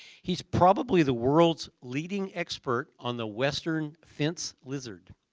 he's probably the world's leading expert on the western fence lizard.